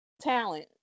talent